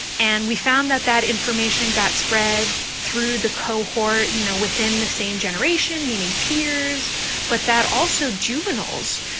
and we found that that information got spread through the cohort, you know, within the same generation meaning peers but that also juveniles,